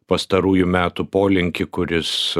pastarųjų metų polinkį kuris